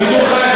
בשידור חי.